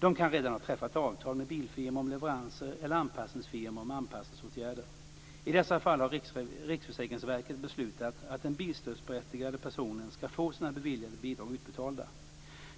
De kan redan ha träffat avtal med bilfirmor om leveranser eller anpassningsfirmor om anpassningsåtgärder. I dessa fall har Riksförsäkringsverket beslutat att den bilstödsberättigade personen ska få sina beviljade bidrag utbetalda.